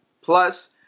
Plus